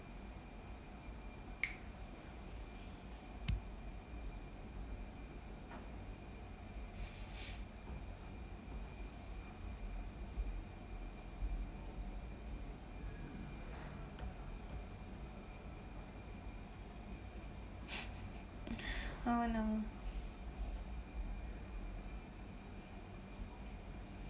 oh no